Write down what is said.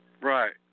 Right